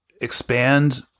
expand